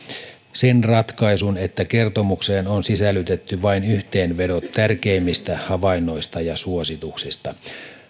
sen ratkaisun että kertomukseen on sisällytetty vain yhteenvedot tärkeimmistä havainnoista ja suosituksista